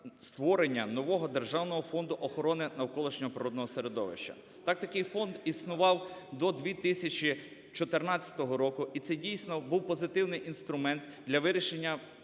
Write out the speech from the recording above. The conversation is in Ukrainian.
створення нового Державного фонду охорони навколишнього природного середовища. Так, такий фонд існував до 2014 року, і це, дійсно, був позитивний інструмент для вирішення